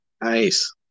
Nice